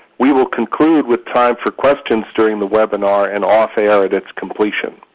we will conclude with time for questions during the webinar and off air at its completion.